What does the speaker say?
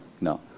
No